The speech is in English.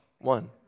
One